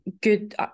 good